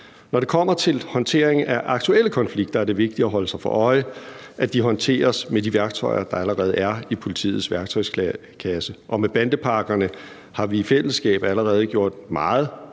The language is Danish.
Når det kommer til håndteringen af aktuelle konflikter, er det vigtigt at holde sig for øje, at de håndteres med de værktøjer, der allerede er i politiets værktøjskasse, og med bandepakkerne har vi i fællesskab allerede gjort meget.